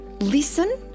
listen